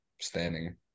standing